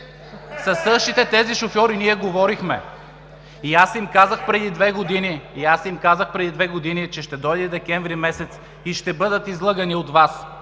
Със същите тези шофьори ние говорихме и аз им казах преди две години, че ще дойде месец декември и ще бъдат излъгани от Вас